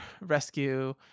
rescue